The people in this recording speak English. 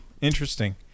Interesting